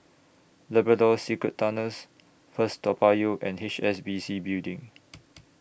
Labrador Secret Tunnels First Toa Payoh and H S B C Building